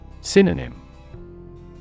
Synonym